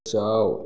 जाओ